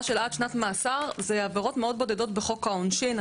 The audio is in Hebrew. שנת מאסר, זה עבירות מאוד בודדות בחוק העונשין.